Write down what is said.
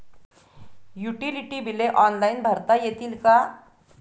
Utility बिले online भरता येतील का?